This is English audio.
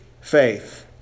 faith